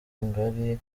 ngari